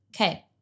Okay